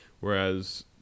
Whereas